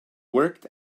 worked